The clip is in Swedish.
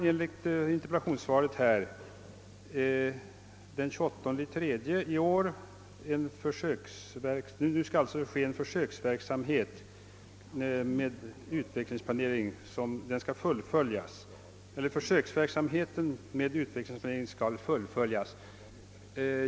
Enligt interpellationssvaret skall nu försöksverksamheten med utvecklingsplanering fullföljas.